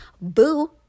boo